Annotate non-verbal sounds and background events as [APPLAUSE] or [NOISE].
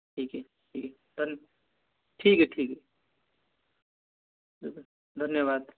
ठीक है ठीक है डन ठीक है ठीक है [UNINTELLIGIBLE] धन्यवाद